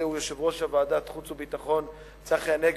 הוא יושב-ראש ועדת חוץ וביטחון צחי הנגבי,